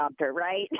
right